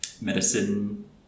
medicine